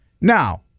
Now